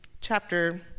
chapter